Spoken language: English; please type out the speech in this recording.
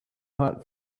hot